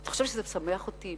אתה חושב שזה משמח אותי?